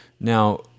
Now